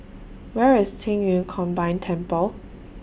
Where IS Qing Yun Combined Temple